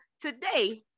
today